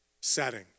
setting